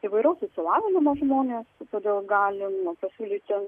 įvairaus išsilavinimo žmonės todėl galim pasiūlyti